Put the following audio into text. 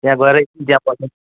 त्यहाँ गएर एकछिन त्यहाँ बस्ने